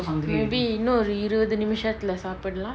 maybe இன்னொரு இருவது நிமிசத்துல சாபுடலா:innoru iruvathu nimisathula saapudala